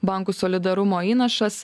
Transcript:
bankų solidarumo įnašas